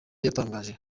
yatangaje